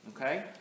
Okay